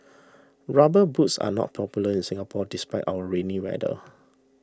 rubber boots are not popular in Singapore despite our rainy weather